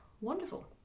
wonderful